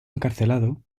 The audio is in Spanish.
encarcelado